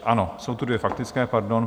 Ano, jsou tu dvě faktické, pardon.